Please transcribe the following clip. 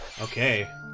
Okay